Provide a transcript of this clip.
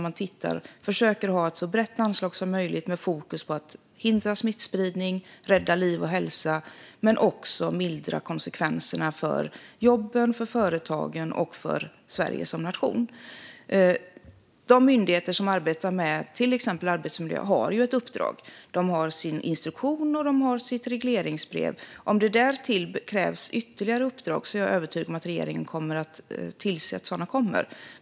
Man försöker ha ett så brett anslag som möjligt med fokus på att hindra smittspridning, rädda liv och hälsa men också mildra konsekvenserna för jobben, för företagen och för Sverige som nation. De myndigheter som arbetar med till exempel arbetsmiljö har ju ett uppdrag. De har sin instruktion och sitt regleringsbrev. Om det därtill krävs ytterligare uppdrag är jag övertygad om att regeringen kommer att tillse att sådana kommer.